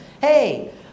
Hey